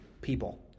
people